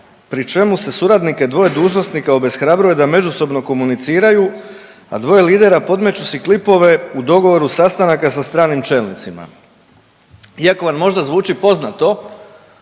pri čemu se suradnike dvoje dužnosnika obeshrabruje da međusobno komuniciraju, a dvoje lidera podmeću si klipove u dogovoru sastanaka sa stranim čelnicima.“, iako vam možda zvuči poznato